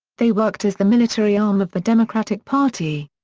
they worked as the military arm of the democratic party.